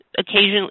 occasionally